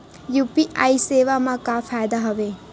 UPI सेवा मा का फ़ायदा हवे?